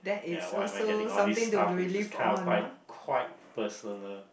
ya why am I getting all these stuff which is kind of quite quite personal